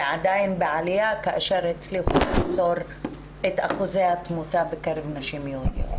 ועדין בעלייה כאשר הצליחו לעצור את אחוזי התמותה בקרב נשים יהודיות.